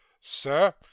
sir